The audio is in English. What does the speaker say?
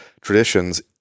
traditions